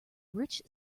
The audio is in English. rich